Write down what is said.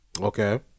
okay